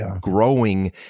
growing